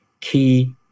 key